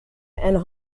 and